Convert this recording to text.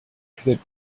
could